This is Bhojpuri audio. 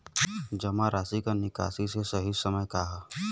जमा राशि क निकासी के सही समय का ह?